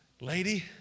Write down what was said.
lady